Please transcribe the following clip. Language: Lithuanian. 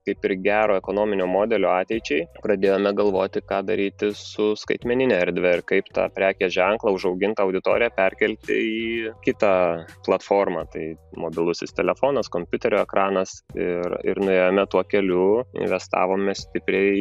kaip ir gero ekonominio modelio ateičiai pradėjome galvoti ką daryti su skaitmenine erdve ir kaip tą prekės ženklą užaugintą auditoriją perkelti į kitą platformą tai mobilusis telefonas kompiuterio ekranas ir ir nuėjome tuo keliu investavome stipriai